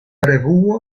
revuo